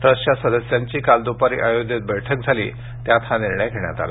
ट्रस्टच्या सदस्यांची काल द्पारी अयोध्येत बैठक झाली त्यात हा निर्णय घेण्यात आला